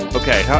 okay